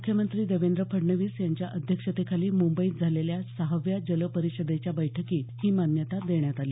मुख्यमंत्री देवेंद्र फडणवीस यांच्या अध्यक्षतेखाली मुंबईत झालेल्या सहाव्या जल परिषदेच्या बैठकीत ही मान्यता देण्यात आली